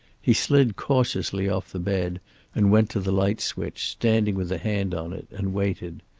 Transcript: he slid cautiously off the bed and went to the light switch, standing with a hand on it, and waited.